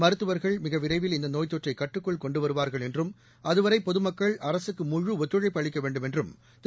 மருத்துவா்கள் மிக விரைவில் இந்த நோய்த்தொற்றை கட்டுக்குள் கொண்டுவருவாா்கள் என்றும் அது வரை பொதுமக்கள் அரசுக்கு முழு ஒத்துழைப்பு அளிக்க வேண்டுமென்றும் திரு